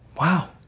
Wow